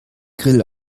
grill